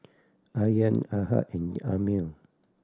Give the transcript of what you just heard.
Aryan Ahad and Ammir